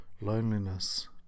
loneliness